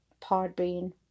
Podbean